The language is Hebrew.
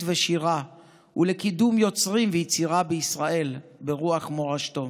ושירה ולקידום יוצרים ויצירה בישראל ברוח מורשתו.